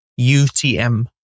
UTM